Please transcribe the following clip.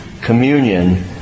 communion